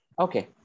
Okay